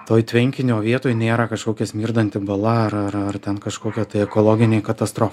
toj tvenkinio vietoj nėra kažkokia smirdanti bala ar ar ar ten kažkokia tai ekologinė katastrofa